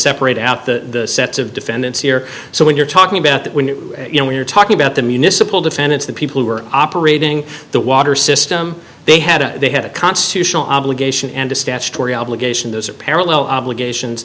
separate out the sets of defendants here so when you're talking about that when you know when you're talking about the municipal defendants the people who are operating the water system they had a they had a constitutional obligation and a statutory obligation those are parallel obligations